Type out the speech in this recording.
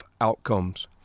outcomes